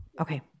Okay